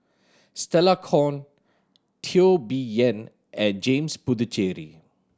Stella Kon Teo Bee Yen and James Puthucheary